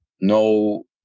no